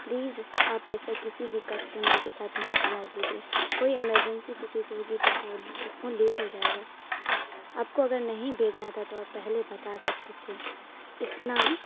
please آپ ایسا کسی بھی کسٹمر کے ساتھ نہ کیا کیجیے کوئی ایمرجنسی کسی کو ہوگی تو وہ اس کو لیٹ ہو جائے گا آپ کو اگر نہیں بھیجنا تھا تو آپ پہلے بتا سکتے تھے اتنا